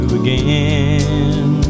again